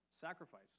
Sacrifice